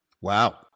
wow